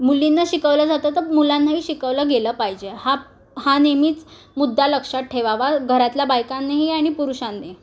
मुलीना शिकवलं जातं तं मुलांनाही शिकवलं गेलं पाहिजे हा हा नेहमीच मुद्दा लक्षात ठेवावा घरातल्या बायकांनीही आणि पुरुषांनी